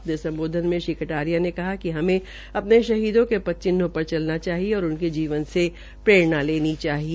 अपने सम्बोध्न में श्री कटारिया ने कहा कि हमें शहीदों के पदचिन्हों पर चलना चाहिए और उनके जीवन से प्ररेणालेनी चाहिए